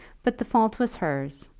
but the fault was hers,